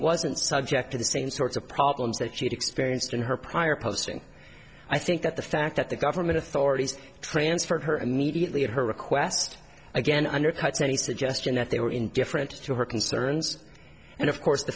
wasn't subject to the same sorts of problems that she'd experienced in her prior post and i think that the fact that the government authorities transferred her immediately at her request again undercuts any suggestion that they were indifferent to her concerns and of course the